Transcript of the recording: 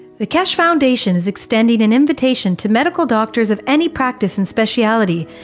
the keshe foundation is extending an invitation to medical doctors of any practice and specialty,